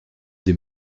des